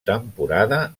temporada